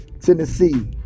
Tennessee